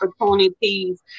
opportunities